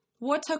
water